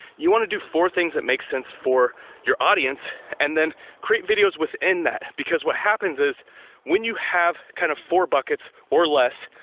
you wanna do four things that make sense for your audience and then create videos within that because what happens is when you have kind of four buckets or less,